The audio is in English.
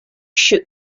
shoot